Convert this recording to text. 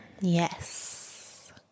yes